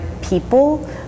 people